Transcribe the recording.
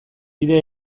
bide